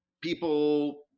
people